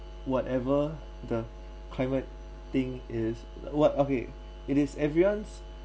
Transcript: whatever the climate thing is what okay it is everyone's